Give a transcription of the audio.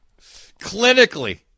Clinically